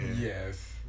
Yes